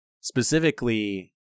Specifically